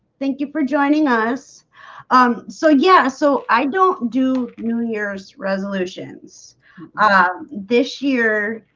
thank you for joining us um so yeah, so i don't do new year's resolutions this year